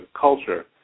culture